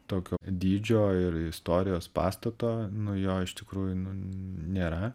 tokio dydžio ir istorijos pastato nu jo iš tikrųjų nėra